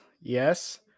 yes